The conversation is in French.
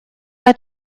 pas